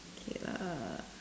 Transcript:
okay err